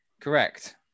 Correct